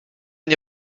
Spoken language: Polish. nie